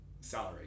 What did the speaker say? salary